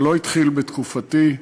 זה לא התחיל בתקופתי,